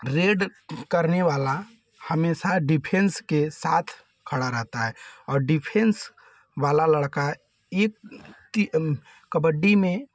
red करने वाला हमेशा डिफेन्स के साथ खड़ा रहता है और डिफेन्स वाला लड़का यह कि कबड्डी में